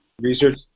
research